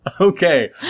Okay